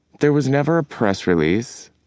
there was never a press release,